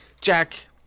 Jack